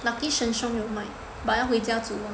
lucky Sheng-Siong 有卖 but 要回家煮